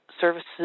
services